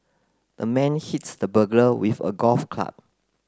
the man hits the burglar with a golf club